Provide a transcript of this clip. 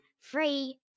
free